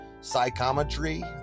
Psychometry